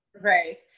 Right